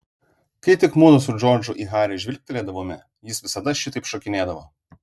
kai tik mudu su džordžu į harį žvilgtelėdavome jis visada šitaip šokinėdavo